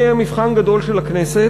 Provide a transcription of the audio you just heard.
זה יהיה מבחן גדול של הכנסת,